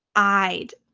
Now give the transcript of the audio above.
i'd.